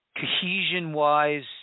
cohesion-wise